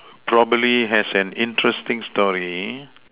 probably has an interesting story